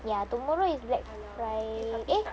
ya tomorrow is black friday eh